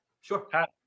sure